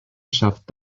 schafft